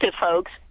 folks